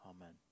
Amen